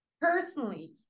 personally